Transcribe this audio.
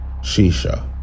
Shisha